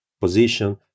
position